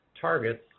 targets